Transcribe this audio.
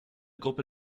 gruppe